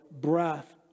breath